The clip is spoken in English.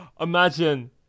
Imagine